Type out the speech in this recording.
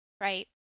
right